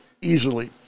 easily